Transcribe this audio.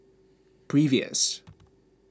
previous